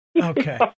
Okay